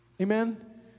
Amen